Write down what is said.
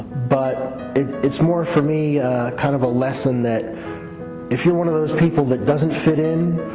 but it's more for me kind of a lesson that if you're one of those people that doesn't fit in,